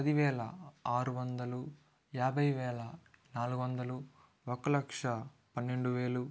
పదివేల ఆరు వందలు యాభై వేల నాలుగు వందలు ఒక లక్ష పన్నెండు వేలు